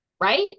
right